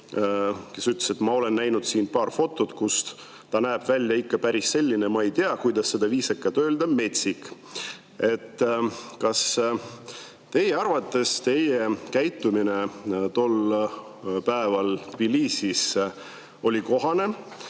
kes ütles: "Ma olen näinud siin paari fotot, kus ta näeb välja ikka päris selline, ma ei tea, kuidas seda viisakalt öelda, metsik." Kas teie arvates teie käitumine tol päeval Thbilisis oli kohane?